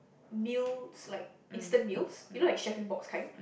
meals like instant meals you know like Chef in a Box kind